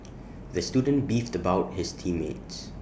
the student beefed about his team mates